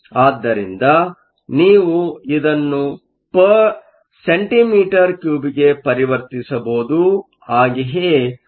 ಆದ್ದರಿಂದ ನೀವು ಇದನ್ನು cm3 ಗೆ ಪರಿವರ್ತಿಸಬಹುದು